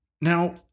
Now